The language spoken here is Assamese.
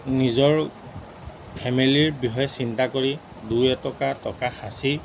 নিজৰ ফেমিলিৰ বিষয়ে চিন্তা কৰি দুই এটকা টকা সাঁচি